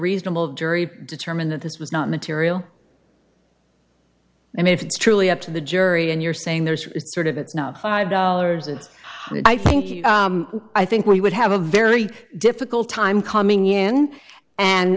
reasonable jury determine that this was not material i mean if it's truly up to the jury and you're saying there's it's sort of it's now five dollars and i think i think we would have a very difficult time coming in